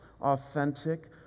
authentic